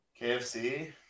KFC